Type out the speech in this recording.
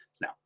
Now